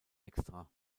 extra